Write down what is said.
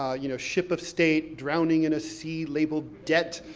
ah you know, ship of state, drowning in a sea labeled debt.